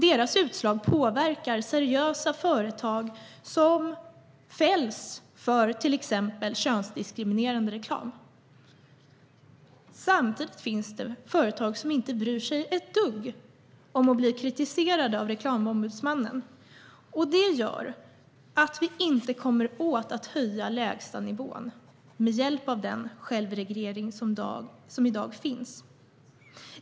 Dess utslag påverkar seriösa företag som fälls för exempelvis könsdiskriminerande reklam. Samtidigt finns det företag som inte bryr sig ett dugg om att de blir kritiserade av Reklamombudsmannen. Det gör att vi inte med hjälp av den självreglering som finns klarar av att höja lägstanivån.